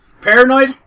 Paranoid